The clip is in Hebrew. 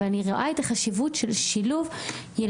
אבל אני רואה את החשיבות של שילוב ילדים